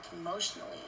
emotionally